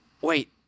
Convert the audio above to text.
Wait